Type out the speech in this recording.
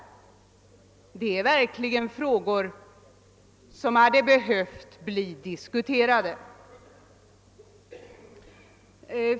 Detta är verkligen frågor som hade behövts diskuteras.